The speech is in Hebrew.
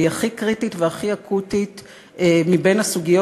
והיא הכי קריטית והכי אקוטית בסוגיות